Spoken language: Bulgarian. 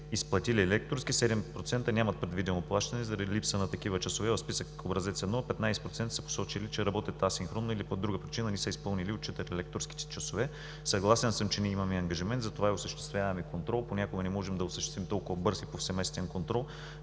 изплатили лекторски, 7% нямат предвидено плащане заради липса на такива часове в списък Образец № 1, а 15% са посочили, че работят асинхронно или по друга причина не са изпълнили и отчитали лекторските часове. Съгласен съм, че ние имаме ангажимент, затова и осъществяваме контрол. Понякога не можем да осъществим толкова бърз и повсеместен контрол,